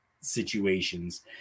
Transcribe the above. situations